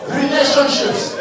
relationships